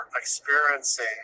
experiencing